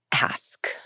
ask